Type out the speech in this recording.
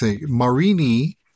Marini